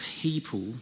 people